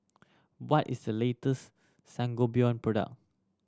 what is the latest Sangobion product